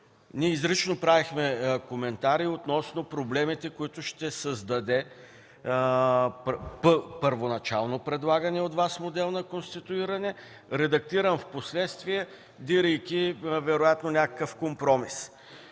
ние изрично правихме коментари относно проблемите, които ще създаде първоначално предлаганият от Вас модел на конституиране, редактиран впоследствие, дирейки вероятно някакъв компромис.